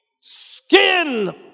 skin